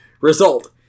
Result